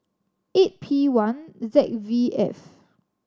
eight P one Z V F